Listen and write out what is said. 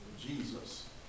Jesus